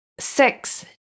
Six